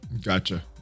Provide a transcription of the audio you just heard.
Gotcha